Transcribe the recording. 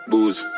Booze